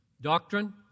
Doctrine